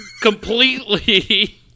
Completely